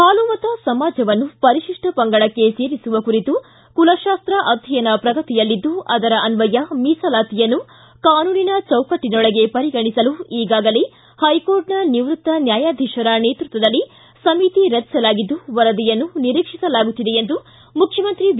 ಹಾಲುಮತ ಸಮಾಜವನ್ನು ಪರಿಶಿಷ್ನ ಪಂಗಡಕ್ಕೆ ಸೇರಿಸುವ ಕುರಿತು ಕುಲತಾಸ್ತ ಆಧ್ಯಯನ ಪ್ರಗತಿಯಲ್ಲಿದ್ದು ಅದರ ಅನ್ನಯ ಮೀಸಲಾತಿಯನ್ನು ಕಾನೂನು ಚೌಕಟ್ಟನೊಳಗೆ ಪರಿಗಣಿಸಲು ಈಗಾಗಲೇ ಪೈಕೋರ್ಟ್ನ ನಿವೃತ್ತ ನ್ಯಾಯಾಧೀಶರ ನೇತೃತ್ವದಲ್ಲಿ ಸಮಿತಿ ರಚಿಸಲಾಗಿದ್ದು ವರದಿಯನ್ನು ನೀರಿಕ್ಷಿಸಲಾಗುತ್ತಿದೆ ಎಂದು ಮುಖ್ಚಮಂತ್ರಿ ಬಿ